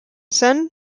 son